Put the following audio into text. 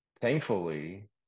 thankfully